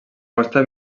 costa